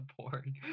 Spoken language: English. porn